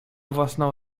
własną